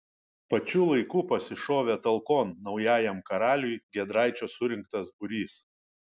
pačiu laiku pasišovė talkon naujajam karaliui giedraičio surinktas būrys